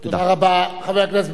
חבר הכנסת בן-ארי, בבקשה.